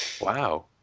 Wow